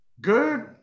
Good